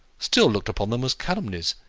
still looked upon them as calumnies,